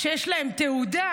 "שיש להם תעודה".